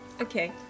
okay